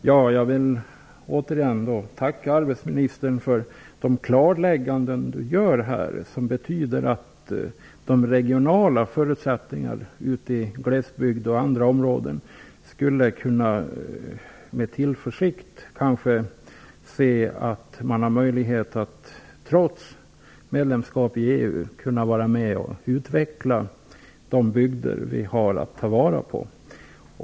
Herr talman! Jag vill än en gång tacka arbetsmarknadsministern för de klarlägganden han gör som när det gäller de regionala förutsättningarna innebär att man ute i glesbygd, trots EU, skulle kunna vara med och utveckla de bygder vi har att ta vara på.